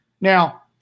Now